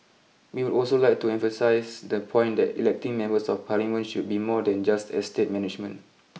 we would also like to emphasise the point that electing Members of Parliament should be more than just estate management